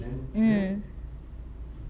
mm